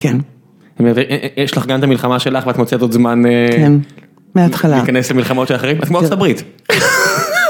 כן, יש לך גם את המלחמה שלך ואת מוצאת עוד זמן, כן מהתחלה, להיכנס למלחמות של אחרים, את כמו ארצות הברית.